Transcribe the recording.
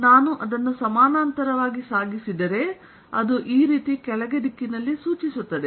ನಾನು ಅದನ್ನು ಸಮಾನಾಂತರವಾಗಿ ಸಾಗಿಸಿದರೆ ಅದು ಈ ರೀತಿ ಕೆಳಗೆ ದಿಕ್ಕಿನಲ್ಲಿ ತೋರಿಸುತ್ತದೆ